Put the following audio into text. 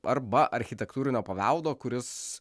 arba architektūrinio paveldo kuris